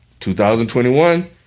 2021